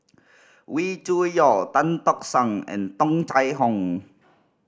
Wee Cho Yaw Tan Tock San and Tung Chye Hong